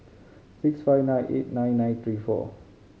six five nine eight nine nine three four